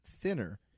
Thinner